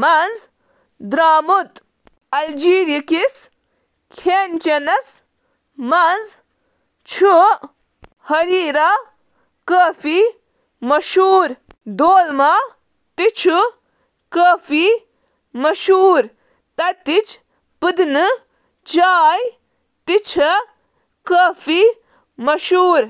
ماز ,لیمب، گائے ماز یا مرغی ، زیتون ہُنٛد تیل، سبزی تہٕ تازٕ جڑی بوٹیہِ أنٛدۍ پٔکۍ آسان۔